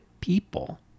people